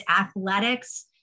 athletics